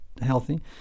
healthy